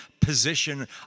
position